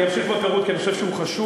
אני אמשיך בפירוט כי אני חושב שהוא חשוב,